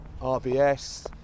RBS